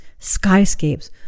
skyscapes